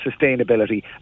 sustainability